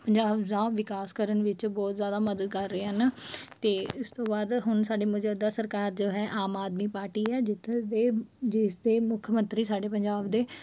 ਪੰਜਾਬ ਦਾ ਵਿਕਾਸ ਕਰਨ ਵਿੱਚ ਬਹੁਤ ਜ਼ਿਆਦਾ ਮਦਦ ਕਰ ਰਹੇ ਹਨ ਅਤੇ ਇਸ ਤੋਂ ਬਾਅਦ ਹੁਣ ਸਾਡੇ ਮੌਜੂਦਾ ਸਰਕਾਰ ਜੋ ਹੈ ਆਮ ਆਦਮੀ ਪਾਰਟੀ ਹੈ ਜਿੱਥੋਂ ਦੇ ਜਿਸ ਦੇ ਮੁੱਖ ਮੰਤਰੀ ਸਾਡੇ ਪੰਜਾਬ ਦੇ